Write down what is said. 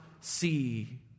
see